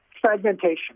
Fragmentation